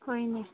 ꯍꯣꯏ ꯏꯅꯦ